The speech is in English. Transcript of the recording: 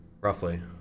roughly